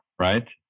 right